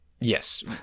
Yes